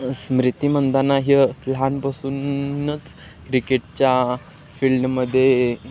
स्मृती मंदाना ही लहानपासूनच क्रिकेटच्या फील्डमध्ये